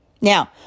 Now